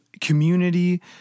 community